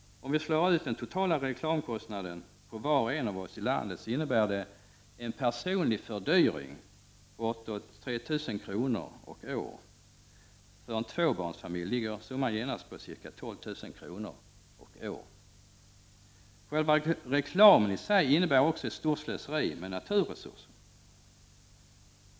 Om vi slår ut den totala reklamkostnaden på var och en av oss i landet innebär det en personlig fördyring på bortåt 3 000 kr. per år. För en tvåbarnsfamilj ligger summan på ca 12 000 kr. per år. Själva reklamen innebär också ett stort slöseri med naturresurser.